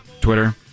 Twitter